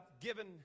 given